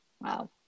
Wow